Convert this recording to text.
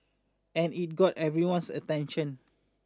and it got everyone's attention